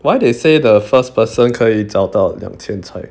why they say the first person 可以找到两千才